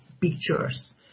pictures